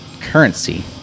currency